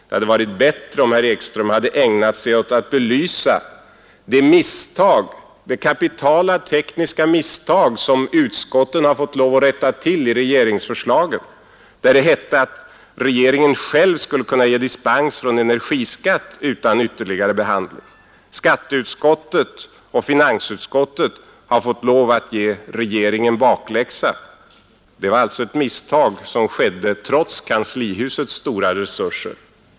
Det hade varit bättre om herr Ekström hade ägnat sig åt att belysa det kapitalt tekniska misstag som utskotten har fått lov att rätta till i regeringsförslaget, där det hette att regeringen själv skulle kunna ge dispens från energiskatt utan ytterligare behandling. Skatteutskottet och finansutskottet har fått lov att ge regeringen bakläxa. Det var alltså ett misstag som skedde trots kanslihusets stora resurser.